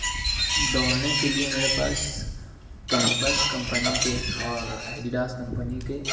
دوڑنے کے لیے میرے پاس کیمپس کمپنی کے اور ایڈیڈاس کمپنی کے